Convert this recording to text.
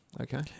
okay